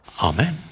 Amen